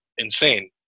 insane